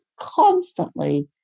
constantly